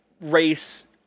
race